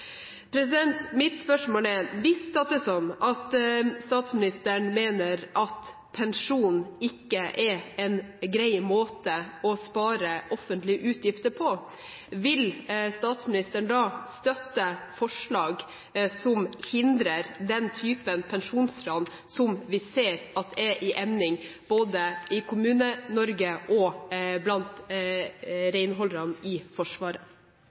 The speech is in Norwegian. Mitt spørsmål er: Hvis statsministeren mener at pensjon ikke er en grei måte å spare offentlige utgifter på, vil statsministeren da støtte forslag som hindrer den typen pensjonsran som vi ser er i emning, både i Kommune-Norge og blant renholderne i Forsvaret?